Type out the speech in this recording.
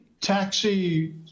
Taxi